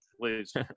please